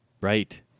Right